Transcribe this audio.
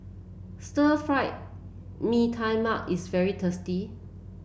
Stir Fry Mee Tai Mak is very tasty